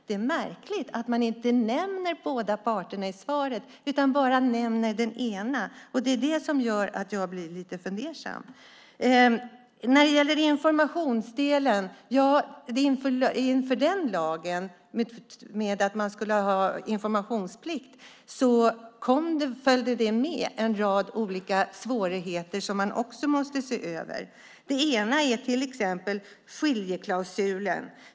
Det är märkligt att hon inte nämnde båda parter i svaret utan nämnde bara den ena. Det är det som gör att jag blir lite fundersam. I samband med lagen om informationsplikt följde med en rad olika svårigheter som också måste ses över. Det gäller till exempel skiljeklausulen.